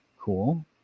cool